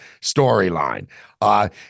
storyline